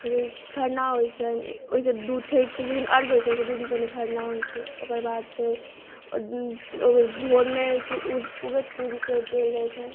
तखन खरना होइत छनि ओहिसँ दू छठि अर्घ्य होइत छै ओहिसँ दू दिन पहिने खरना होइत छै ओकर बाद फेर भोरमे उगैत सूर्यके देल जाइत छनि